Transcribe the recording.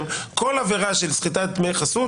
כל עבירה של סחיטת דמי חסות,